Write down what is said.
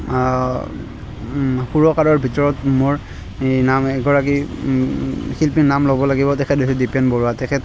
সুৰকাৰৰ ভিতৰত মোৰ এই নাম এগৰাকী শিল্পীৰ নাম ল'ব লাগিব তেখেত হৈছে দ্বিপেন বৰুৱা তেখেত